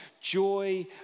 joy